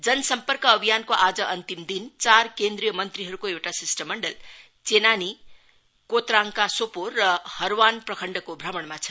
जनसम्पर्क अभियानको आज अन्तिम दिन चार केन्द्रीय मन्त्रीहरूको एउटा शिष्टमण्डल चेनानी कोतराङका सोपोर र हर्वान प्रखण्डको भ्रमणमा छन्